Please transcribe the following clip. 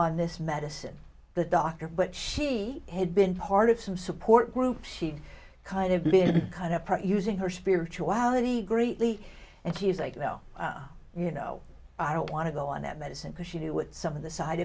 on this medicine the doctor but she had been part of some support group she'd kind of been kind a part using her spirituality greatly and she was like well you know i don't want to go on that medicine because she knew what some of the side